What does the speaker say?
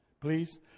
please